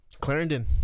clarendon